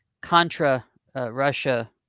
contra-Russia